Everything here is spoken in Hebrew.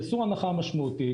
יעשו הנחה משמעותית,